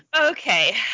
Okay